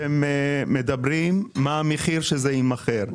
אתם מדברים מה המחיר שזה יימכר.